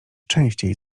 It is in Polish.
częściej